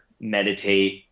meditate